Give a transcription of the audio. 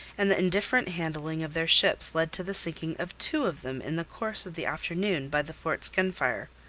and the indifferent handling of their ships led to the sinking of two of them in the course of the afternoon by the fort's gunfire.